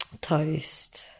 Toast